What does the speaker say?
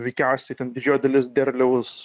veikiausiai ten didžioji dalis derliaus